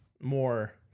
more